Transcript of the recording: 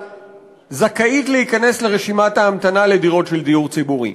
זכאית להיכנס לרשימת ההמתנה לדירות בדיור הציבורי.